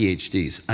PhDs